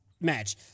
match